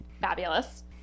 fabulous